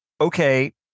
okay